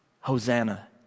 Hosanna